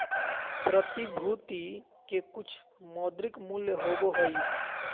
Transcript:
प्रतिभूति के कुछ मौद्रिक मूल्य होबो हइ